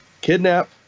kidnap